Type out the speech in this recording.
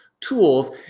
tools